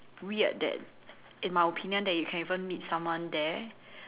weird that in my opinion that you can even meet someone there